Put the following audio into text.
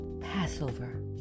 Passover